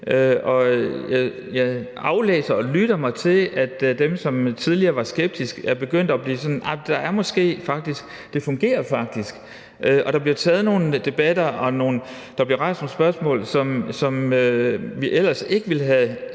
jeg læser og lytter mig til, at dem, som tidligere var skeptiske, er begyndt at sige, at det måske faktisk fungerer. Der bliver taget nogle debatter, og der bliver rejst nogle spørgsmål, som vi ellers ikke ville have